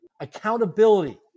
accountability